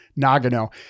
Nagano